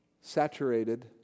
saturated